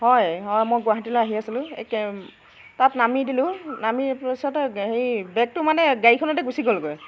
হয় মই গুৱাহাটীলৈ আহি আছিলোঁ একে তাত নামি দিলোঁ নামি তাৰপিছতে হেৰি বেগটো মানে গাড়ীখনতে গুছি গ'লগৈ